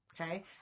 okay